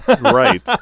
Right